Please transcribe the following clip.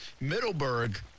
Middleburg